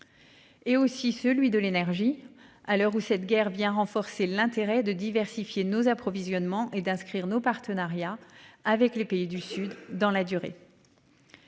Et aussi celui de l'énergie à l'heure où cette guerre vient renforcer l'intérêt de diversifier nos approvisionnements et d'inscrire nos partenariats avec les pays du sud, dans la durée.--